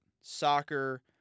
soccer